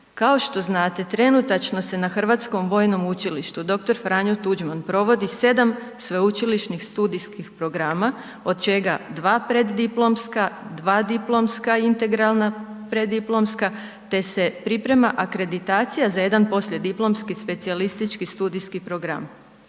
Kao što znate trenutačno se na Hrvatskom vojnom učilištu „Dr. Franjo Tuđman“ provodi 7 sveučilišnih studijskih programa od čega 2 preddiplomska, 2 diplomska integralna preddiplomska, te se priprema akreditacija za jedan poslijediplomski specijalistički studijski program.